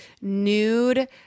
nude